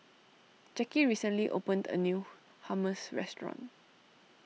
Jackie recently opened a new Hummus restaurant